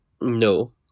No